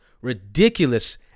ridiculous